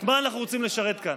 את מה אנחנו רוצים לשרת כאן?